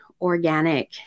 organic